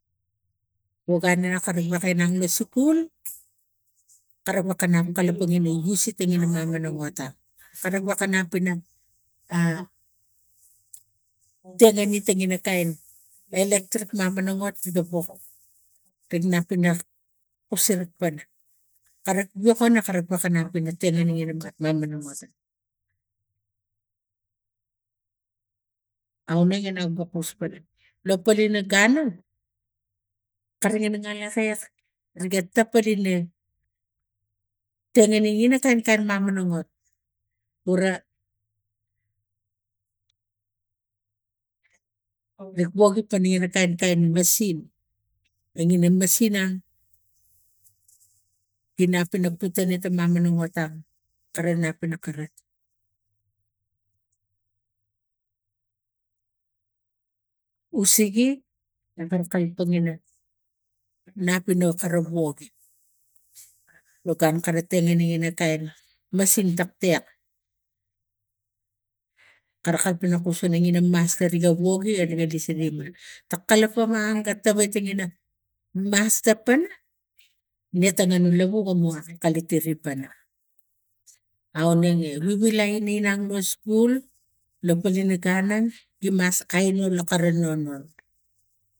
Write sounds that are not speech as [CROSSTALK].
[NOISE] inang lo skul kare wokanap kalapang ina visiting ge mamanomat kare wokanaina teng egeteng lo kain electric minamot [UNINTELLIGIBLE] ga nap ina kusere pana karek wokono karek wokanap [UNINTELLIGIBLE] aunege ina ga kus pan lo polina gun a kare [UNINTELLIGIBLE] kiak riga [UNINTELLIGIBLE] kain kain mamanomot [NOISE] ura gi woge pare wo kain kain masin